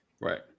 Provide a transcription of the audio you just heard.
Right